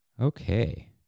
Okay